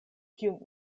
kiun